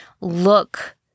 Look